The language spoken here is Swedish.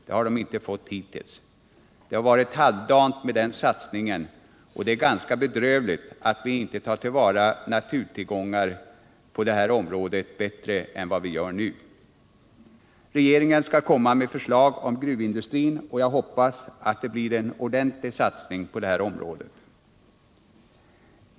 Det har inte gjorts hittills, utan det har varit halvdant med den satsningen, och det är ganska bedrövligt att vi inte tar till vara våra naturtillgångar på detta område bättre än vad vi gör nu. Regeringen skall emellertid komma med förslag om gruvindustrin, och jag hoppas att det skall innehålla en ordentlig satsning på detta område.